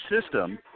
system